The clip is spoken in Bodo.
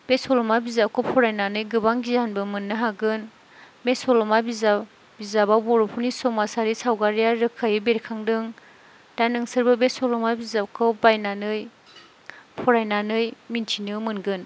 बे सल'मा बिजाबखौ फरायनानै गोबां गियानबो मोननो हागोन बे सल'मा बिजाबाव बर'फोरनि समाजआरि सावगारिया रोखायै बेरखांदों दा नोंसोरबो बे सल'मा बिजाबखौ बायनानै फरायनानै मिन्थिनो मोनगोन